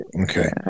Okay